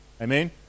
amen